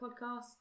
podcast